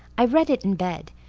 i read it in bed,